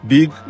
Big